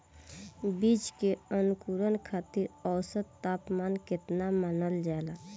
बीज के अंकुरण खातिर औसत तापमान केतना मानल जाला?